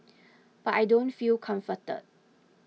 but I don't feel comforted